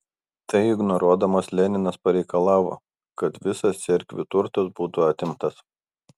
tai ignoruodamas leninas pareikalavo kad visas cerkvių turtas būtų atimtas